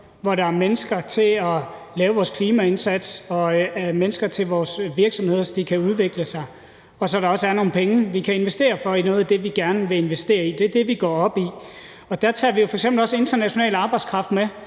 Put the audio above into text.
hvor der er mennesker til at lave vores klimaindsats, og hvor der er mennesker til vores virksomheder, så de kan udvikle sig. Og så der også er nogle penge, vi kan investere i noget af det, vi gerne vil investere i. Det er det, vi går op i. Og der tager vi f.eks. også international arbejdskraft med,